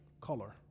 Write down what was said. color